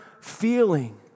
feeling